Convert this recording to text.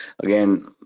again